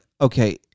okay